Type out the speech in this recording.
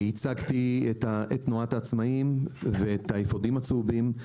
ייצגתי את תנועת העצמאיים ואת האפודים הצהובים.